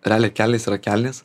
realiai kelnės yra kelnės